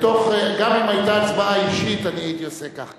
גם אם היתה הצבעה אישית אני הייתי עושה כך.